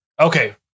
Okay